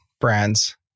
brands